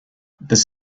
this